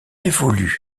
évolue